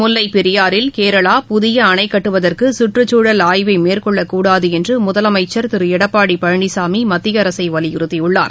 முல்லைப் பெரியாறில் கேரளா புதியஅணைகட்டுவதற்குசுற்றுச்சூழல் ஆய்வைமேற்கொள்ளக்கூடாதுஎன்றுமுதலமைச்சர் திருஎடப்பாடிபழனிசாமிமத்தியஅரசைவலியுறுத்தியுள்ளார்